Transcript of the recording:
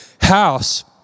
house